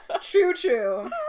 Choo-choo